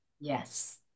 Yes